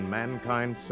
mankind